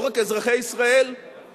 לא רק אזרחי ישראל,